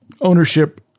ownership